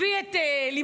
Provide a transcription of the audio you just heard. הביא את לימור,